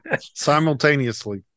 Simultaneously